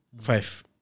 Five